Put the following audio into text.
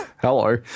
Hello